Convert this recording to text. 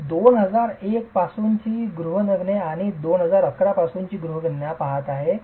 मी २००१ पासूनची गृहगणने आणि २०११ पासूनची गृहगणने पहात आहे